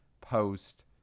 Post